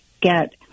get